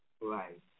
Right